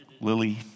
Lily